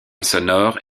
sonore